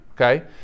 Okay